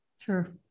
sure